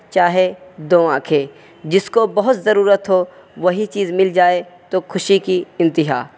چاہے دو آنکھیں جس کو بہت ضرورت ہو وہی چیز مل جائے تو خوشی کی انتہا